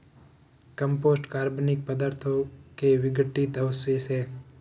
compost कार्बनिक पदार्थों के विघटित अवशेष हैं